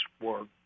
work